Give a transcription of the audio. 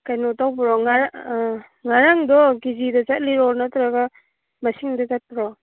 ꯀꯩꯅꯣ ꯇꯧꯕ꯭ꯔꯣ ꯉꯥꯔꯪꯗꯣ ꯀꯦ ꯖꯤꯗ ꯆꯠꯂꯤꯔꯣ ꯅꯠꯇ꯭ꯔꯒ ꯃꯁꯤꯡꯗ ꯆꯠꯄ꯭ꯔꯣ